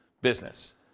business